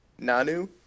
Nanu